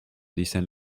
dicen